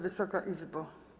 Wysoka Izbo!